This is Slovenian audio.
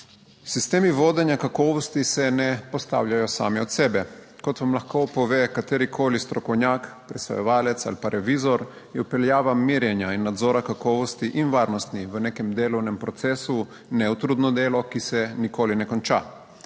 Sistemi vodenja kakovosti se ne postavljajo sami od sebe. Kot vam lahko pove katerikoli strokovnjak, presojevalec ali pa revizor, je vpeljava merjenja in nadzora kakovosti in varnosti v nekem delovnem procesu neutrudno delo, ki se nikoli ne konča.